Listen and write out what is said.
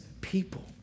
people